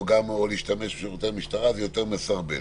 או להשתמש בשירותי המשטרה אז זה יותר מסרבל.